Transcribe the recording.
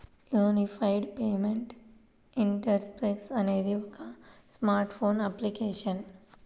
unified payment interface అనేది ఒక smart phone application